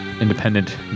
independent